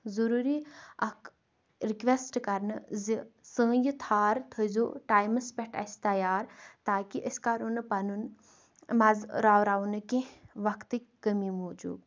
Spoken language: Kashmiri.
ضٔروٗری اَکھ رِکوٮ۪سٹ کَرنہٕ زِ سٲنۍ یہِ تھار تھٲیزیو ٹایمَس پٮ۪ٹھ اَسہِ تیار تاکہِ أسۍ کَرو نہٕ پَنُن مَزٕ راو راوو نہٕ کینٛہہ وقتٕکۍ کٔمی موٗجوٗب